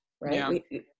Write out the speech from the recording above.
right